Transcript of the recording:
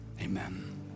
amen